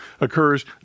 occurs